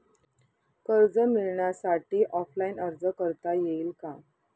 कर्ज मिळण्यासाठी ऑफलाईन अर्ज करता येईल का?